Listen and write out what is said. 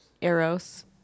Eros